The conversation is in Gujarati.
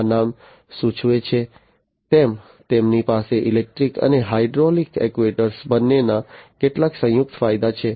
આ નામ સૂચવે છે તેમ તેમની પાસે ઇલેક્ટ્રિક અને હાઇડ્રોલિક એક્ટ્યુએટર બંનેના કેટલાક સંયુક્ત ફાયદા છે